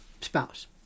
spouse